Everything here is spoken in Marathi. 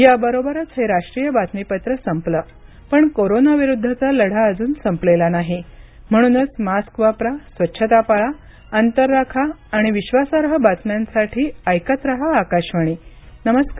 याबरोबरच हे राष्ट्रीय बातमीपत्र संपल पण कोरोना विरुद्धचा लढा अजून संपलेला नाही म्हणूनच मास्क वापरा स्वच्छता पाळा अंतर राखा आणि विश्वासार्ह बातम्यांसाठी ऐकत रहा आकाशवाणी नमस्कार